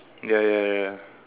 ya ya ya ya